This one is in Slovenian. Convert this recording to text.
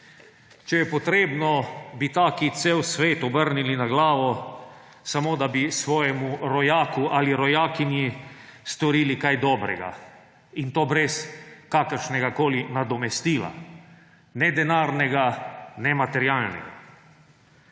Če je potrebno, bi taki cel svet obrnili na glavo, samo da bi svojemu rojaku ali rojakinji storili kaj dobrega. In to brez kakršnegakoli nadomestila, ne denarnega ne materialnega.